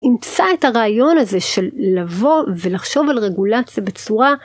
אימצה את הרעיון הזה של לבוא ולחשוב על רגולציה בצורה